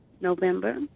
November